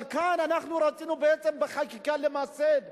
אבל כאן אנחנו רצינו בעצם למסד בחקיקה,